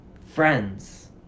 friends